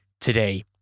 today